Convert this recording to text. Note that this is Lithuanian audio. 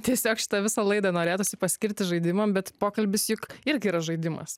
tiesiog šitą visą laidą norėtųsi paskirti žaidimam bet pokalbis juk irgi yra žaidimas